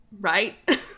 Right